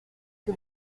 que